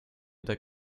der